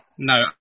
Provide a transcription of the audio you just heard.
No